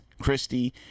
Christie